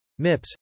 MIPS